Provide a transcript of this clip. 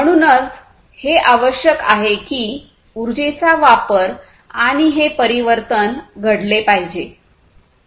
म्हणूनच हे आवश्यक आहे की उर्जेचा वापर आणि हे परिवर्तन घडले पाहिजे